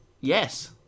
Yes